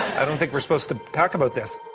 i don't think we're supposed to talk about this.